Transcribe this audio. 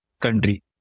country